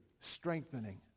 strengthening